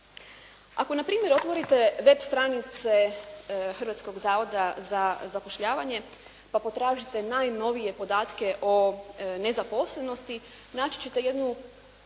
Ako na primjer otvorite web stranice Hrvatskog zavoda za zapošljavanje pa potražite najnovije podatke o nezaposlenosti naći ćete jednu